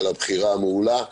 על הבחירה המעולה.